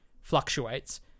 fluctuates